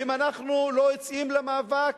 ואם אנחנו לא יוצאים למאבק,